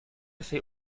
fait